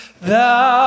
thou